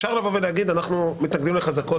אפשר לבוא ולהגיד שאנחנו מתנגדים לחזקות